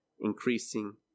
increasing